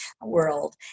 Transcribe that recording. world